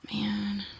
Man